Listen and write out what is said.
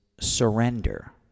surrender